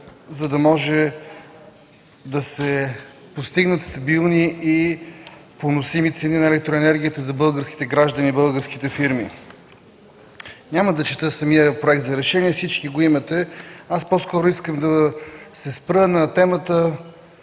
за да може да се постигнат стабилни и поносими цени на електроенергията за българските граждани и българските фирми. Няма да чета самия Проект за решение, всички го имате. По-скоро искам да се спра на темата: